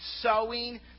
sowing